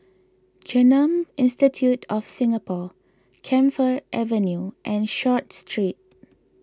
Genome Institute of Singapore Camphor Avenue and Short Street